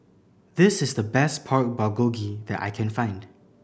this is the best Pork Bulgogi that I can find